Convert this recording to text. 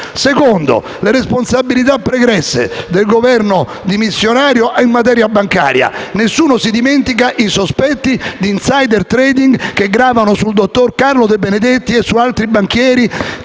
cito le responsabilità pregresse del Governo dimissionario in materia bancaria: nessuno dimentica i sospetti di *insider trading* che gravano sul dottor Carlo De Benedetti e su altri banchieri, che